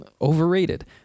overrated